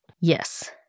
Yes